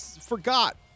forgot